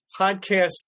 podcast